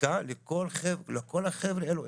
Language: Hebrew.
בדיקה לכל החבר'ה האלה.